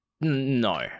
No